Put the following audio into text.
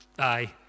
Aye